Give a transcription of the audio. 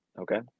Okay